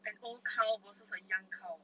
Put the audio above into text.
an old cow versus a young cow